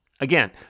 Again